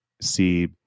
see